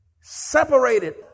separated